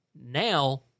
now